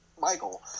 Michael